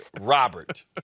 Robert